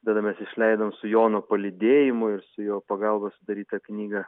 tada mes išleidom su jono palydėjimu ir su jo pagalba sudarytą knygą